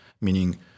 Meaning